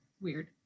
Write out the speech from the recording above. weird